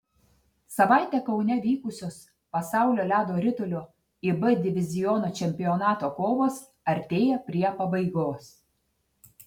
savaitę kaune vykusios pasaulio ledo ritulio ib diviziono čempionato kovos artėja prie pabaigos